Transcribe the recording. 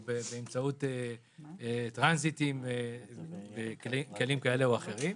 באמצעות טרנזיטים וכלים כאלה או אחרים.